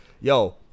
Yo